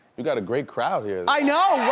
you got a great crowd here. i know,